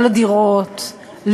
לא לדירות,